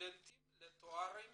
לסטודנטים לתארים